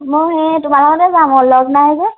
মই সেই তোমাৰ লগতে যাম আৰু লগ নাই যে